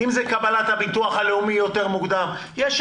אם זה קבלת הביטוח הלאומי יותר מוקדם.